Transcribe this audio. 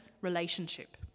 relationship